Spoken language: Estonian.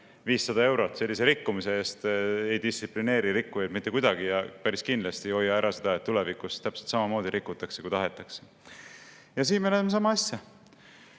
500 eurot sellise rikkumise eest ei distsiplineeri rikkujaid mitte kuidagi ja päris kindlasti ei hoia ära seda, et tulevikus täpselt samamoodi rikutakse, kui tahetakse. Ja siin me näeme sama asja.